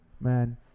man